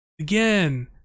again